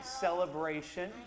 celebration